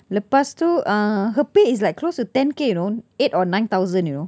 lepas tu uh her pay is like close to ten K you know eight or nine thousand you know